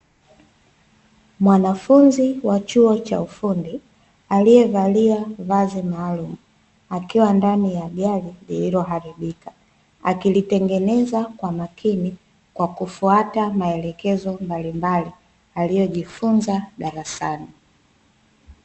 Mwanafunzi wa chuo cha ufundi aliyevalia vazi maalumu, akiwa ndani ya gari lililoharibika, akilitengeneza kwa makini kwa kufuata maelekezo mbalimbali, aliyojifunza darasani.